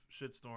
shitstorm